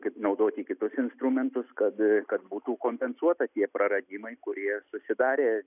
kaip naudoti kitus instrumentus kad kad būtų kompensuota tie praradimai kurie susidarė